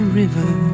river